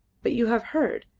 but you have heard,